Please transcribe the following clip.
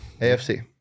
AFC